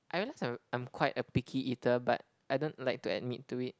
I realised I'm I'm quite a picky eater but I don't like to admit to it